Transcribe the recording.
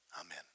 Amen